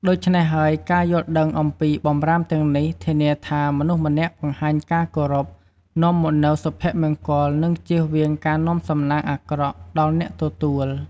ដូច្នេះហើយ ការយល់ដឹងអំពីបម្រាមទាំងនេះធានាថា មនុស្សម្នាក់បង្ហាញការគោរព នាំមកនូវសុភមង្គល និងជៀសវាងការនាំសំណាងអាក្រក់ដល់អ្នកទទួល។